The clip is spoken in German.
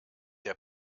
der